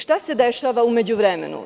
Šta se dešava u međuvremenu?